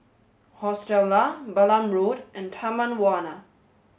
Hostel Lah Balam Road and Taman Warna